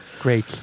Great